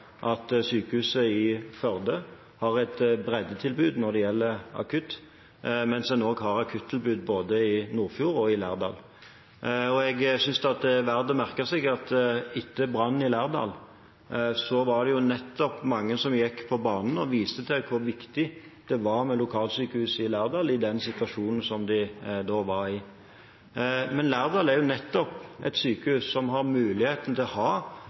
at sykehuset i Førde har et breddetilbud når det gjelder akuttmedisin, mens en også har akuttilbud både i Nordfjord og i Lærdal. Jeg synes at det er verdt å merke seg at etter brannen i Lærdal var det mange som kom på banen og viste til hvor viktig det var med lokalsykehuset i Lærdal i den situasjonen som de da var i. Men Lærdal sykehus er nettopp et sykehus som har muligheten til å ha